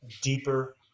deeper